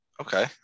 Okay